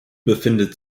befindet